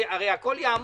הרי הכול יעמוד.